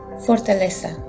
fortaleza